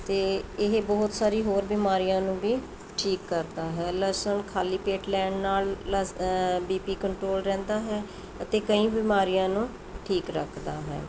ਅਤੇ ਇਹ ਬਹੁਤ ਸਾਰੀ ਹੋਰ ਬਿਮਾਰੀਆਂ ਨੂੰ ਵੀ ਠੀਕ ਕਰਦਾ ਹੈ ਲਸਣ ਖਾਲੀ ਪੇਟ ਲੈਣ ਨਾਲ਼ ਲਸ ਬੀਪੀ ਕੰਟਰੋਲ ਰਹਿੰਦਾ ਹੈ ਅਤੇ ਕਈ ਬਿਮਾਰੀਆਂ ਨੂੰ ਠੀਕ ਰੱਖਦਾ ਹੈ